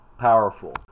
powerful